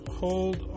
hold